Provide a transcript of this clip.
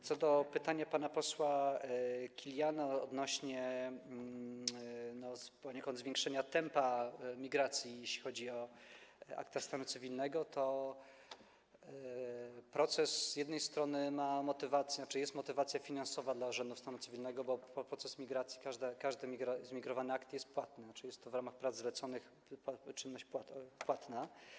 Co do pytania pana posła Kiliana odnośnie do poniekąd zwiększenia tempa migracji, jeśli chodzi o akta stanu cywilnego, to proces z jednej strony ma motywację, znaczy, jest motywacja finansowa dla urzędów stanu cywilnego, bo w procesie migracji każdy zmigrowany akt jest płatny, jest to w ramach prac zleconych czynność płatna.